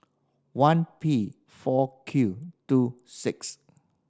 one P four Q two six